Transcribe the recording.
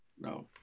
no